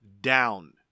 down